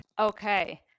Okay